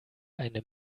eine